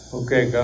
okay